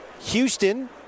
Houston